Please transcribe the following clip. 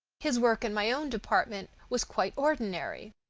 his work in my own department was quite ordinary.